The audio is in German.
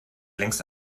längst